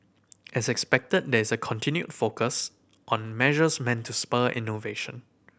as expected there is a continued focus on measures meant to spur innovation